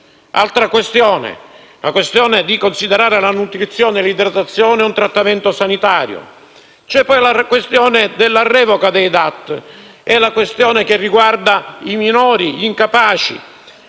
Altra questione è quella di considerare la nutrizione e l'idratazione un trattamento sanitario. C'è poi la questione della revoca delle DAT, quella che riguarda i minori e gli incapaci,